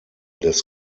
des